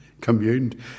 communed